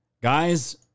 Guys